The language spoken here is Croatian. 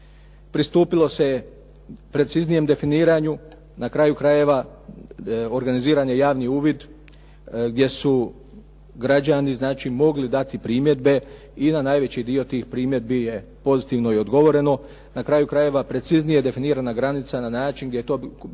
pristupilo se je preciznijem definiranju, na kraju krajeva organiziran je javni uvid gdje su građani znači mogli dati primjedbe i na najveći dio tih primjedbi je pozitivno i odgovoreno. Na kraju krajeva preciznije je definirana granica na način gdje god je to bilo